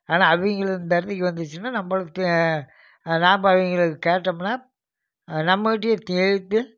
ஆனால் அவங்களது இந்த இடத்துக்கு வந்துச்சுனால் நம்பகிட்ட நாம் அவங்கள கேட்டம்னால் நம்மக்கிட்டையே எய்த்து